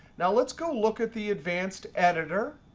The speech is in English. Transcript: now let's go look at the advanced editor.